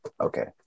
okay